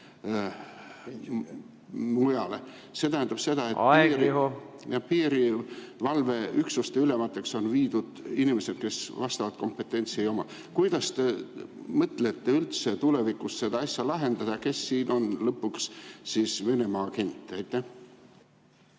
Venemaa agent? ... piirivalveüksuste ülemateks on viidud inimesed, kes vastavat kompetentsi ei oma. Kuidas te mõtlete üldse tulevikus seda asja lahendada? Kes siin on lõpuks siis Venemaa agent? Esiteks,